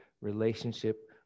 relationship